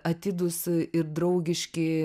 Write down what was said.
atidūs ir draugiški